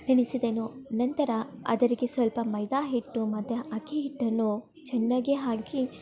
ನೆನೆಸಿದೆನು ನಂತರ ಅದರಿಗೆ ಸ್ವಲ್ಪ ಮೈದಾ ಹಿಟ್ಟು ಮತ್ತು ಅಕ್ಕಿ ಹಿಟ್ಟನ್ನು ಚೆನ್ನಾಗಿ ಹಾಕಿ